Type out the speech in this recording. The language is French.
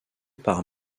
par